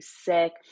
sick